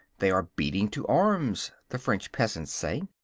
they are beating to arms, the french peasants say.